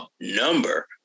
number